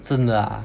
真的 ah